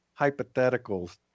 hypotheticals